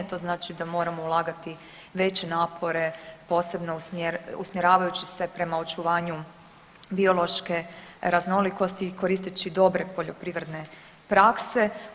To znači da moramo ulagati veće napore, posebno usmjeravajući es prema očuvanju biološke raznolikosti i koristeći dobre poljoprivredne prakse.